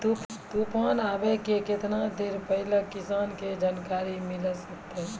तूफान आबय के केतना देर पहिले किसान के जानकारी मिले सकते?